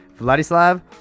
Vladislav